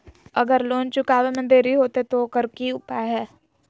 अगर लोन चुकावे में देरी होते तो ओकर की उपाय है?